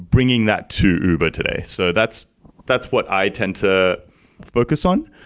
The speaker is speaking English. bringing that to uber today. so that's that's what i tend to focus on.